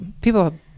people